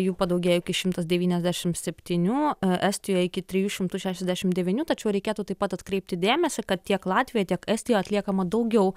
jų padaugėjo iki šimtas devyniasdešimt septynių estijoj iki trijų šimtų šešiasdešimt devynių tačiau reikėtų taip pat atkreipti dėmesį kad tiek latvijoj tiek estijoj atliekama daugiau